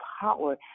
power